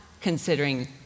considering